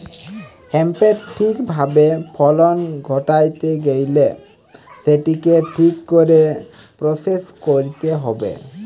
হেম্পের ঠিক ভাবে ফলন ঘটাইতে গেইলে সেটিকে ঠিক করে প্রসেস কইরতে হবে